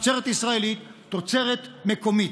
תוצרת ישראלית, תוצרת מקומית.